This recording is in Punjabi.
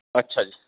ਅੱਛਾ ਜੀ